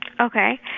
Okay